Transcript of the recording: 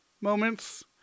moments